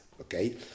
Okay